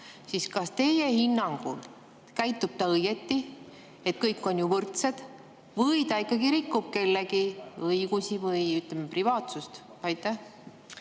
siis kas teie hinnangul käitub ta õigesti, sest kõik on ju võrdsed, või ta ikkagi rikub kellegi õigusi või privaatsust? Tänan,